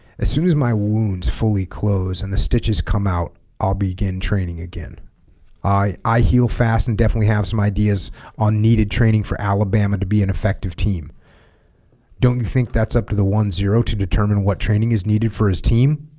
as soon as my wounds fully close and the stitches come out i'll begin training again i i heal fast and definitely have some ideas on needed training for alabama to be an effective team don't you think that's up to the one zero to determine what training is needed for his team